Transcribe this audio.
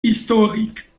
historiques